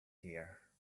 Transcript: here